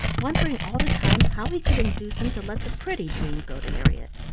wondering all the time how he could induce him to let the pretty dream go to harriett,